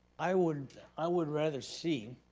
i would i would rather see,